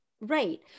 Right